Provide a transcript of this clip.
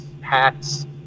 hats